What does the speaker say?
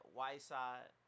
Whiteside